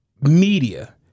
media